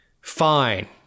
Fine